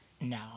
No